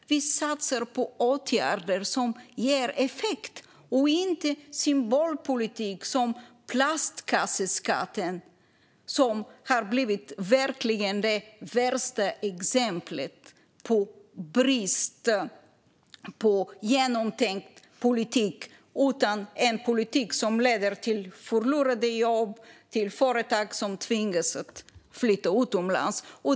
Vi satsar på åtgärder som ger effekt, inte på symbolpolitik som plastkasseskatten. Den har verkligen blivit det värsta exemplet på bristen på genomtänkt politik. Det är en politik som leder till förlorade jobb och till företag som tvingas att flytta utomlands.